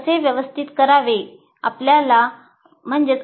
ते कसे व्यवस्थित करावे